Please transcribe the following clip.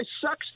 sucks